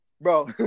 bro